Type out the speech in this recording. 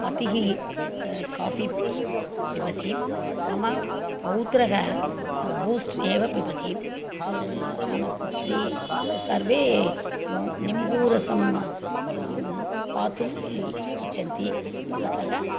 पतिः काफ़ी पिबति मम पौत्रः बूस्ट् एव पिबति मम पुत्री सर्वे न् निम्बूरसं पातुम् इ इच्छन्ति अतः